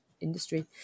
industry